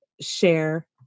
share